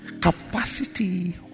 Capacity